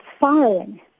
firing